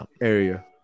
area